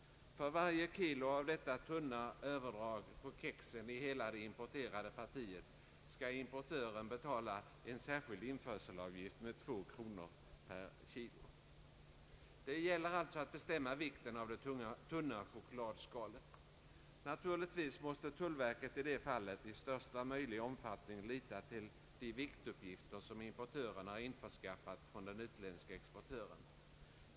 För varje kilo av detta tunna överdrag på kexen i hela det importerade partiet skall importören betala en särskild införselavgift med 2 kronor. Det gäller alltså att bestämma vikten av det tunna chokladskalet. Naturligtvis måste tullverket i det fallet i största möjliga omfattning lita till de viktuppgifter som importören införskaffat från den utländske exportören.